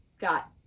got